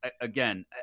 Again